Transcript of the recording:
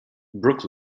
brook